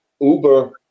Uber